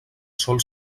sol